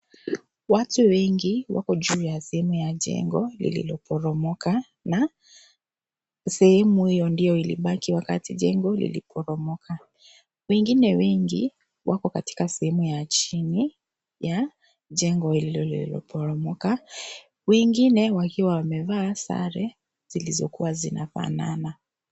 Watu wengi wako juu ya sehemu ya jengo lililoporomoka, na sehemu hiyo ndio iliyobaki wakati jengo liliporomoka. Wengine wengi wako katika sehemu ya chini, ya jengo hilo lililoporomoka. Wengine wakiwa wamevaa sare zilizokuwa zinafanana.